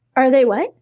are they what?